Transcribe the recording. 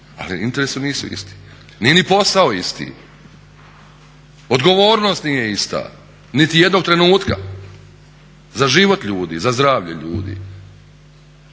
ali interesi nisu isti. Nije ni posao isti, odgovornost nije ista niti jednog trenutka za život ljudi za zdravlje ljudi.